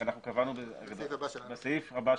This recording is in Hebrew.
קבענו בסעיף הבא,